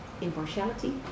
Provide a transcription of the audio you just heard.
impartiality